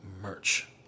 merch